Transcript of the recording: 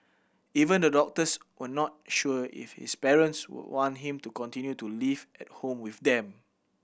even the doctors were not sure if his parents would want him to continue to live at home with them